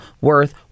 worth